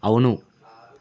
అవును